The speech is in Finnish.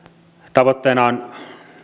tavoitteena on